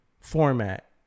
format